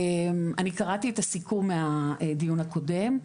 אני קראתי את הסיכום מהדיון הקודם,